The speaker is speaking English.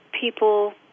people